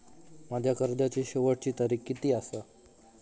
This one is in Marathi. माझ्या कर्जाची शेवटची तारीख किती आसा?